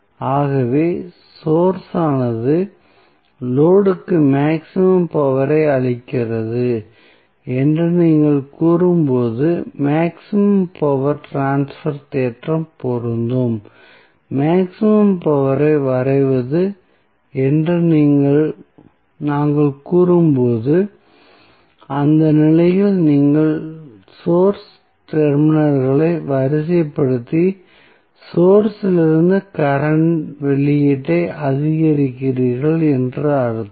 ஆகவே சோர்ஸ் ஆனது லோடு க்கு மேக்ஸிமம் பவர் ஐ அளிக்கிறது என்று நீங்கள் கூறும்போது மேக்ஸிமம் பவர் ட்ரான்ஸ்பர் தேற்றம் பொருந்தும் மேக்ஸிமம் பவர் ஐ வரைவது என்று நாங்கள் கூறும்போது அந்த நிலையில் நீங்கள் சோர்ஸ் டெர்மினல்களை வரிசைப்படுத்தி சோர்ஸ் இலிருந்து கரண்ட் வெளியீட்டை அதிகரிக்கிறீர்கள் என்று அர்த்தம்